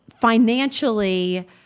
financially